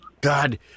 God